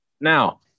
Now